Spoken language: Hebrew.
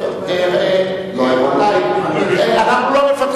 מי לא היה מוכן להופיע בפני הוועדה?